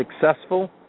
successful